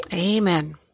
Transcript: Amen